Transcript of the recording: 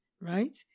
right